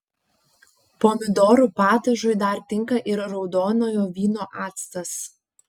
pomidorų padažui dar tinka ir raudonojo vyno actas